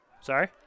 Sorry